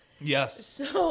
Yes